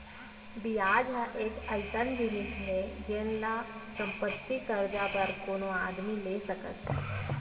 बियाज ह एक अइसन जिनिस हे जेन ल संपत्ति, करजा बर कोनो आदमी ले सकत हें